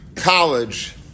college